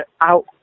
out